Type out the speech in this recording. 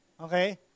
Okay